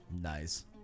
Nice